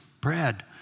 Brad